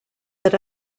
that